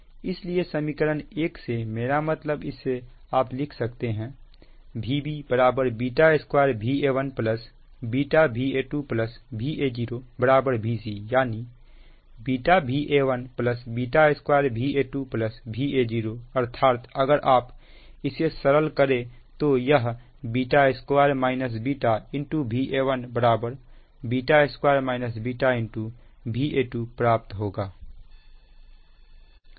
इसलिए समीकरण एक से मेरा मतलब इससे आप लिख सकते हैं Vb β2 Va1 βVa2 Va0 Vc यानी β Va1 β2 Va2 Va0 अर्थात अगर आप इसे सरल करें तो यह β2 βVa1 β2 β Va2प्राप्त होगा